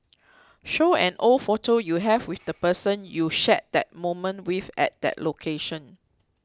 show an old photo you have with the person you shared that moment with at that location